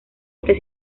este